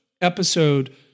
episode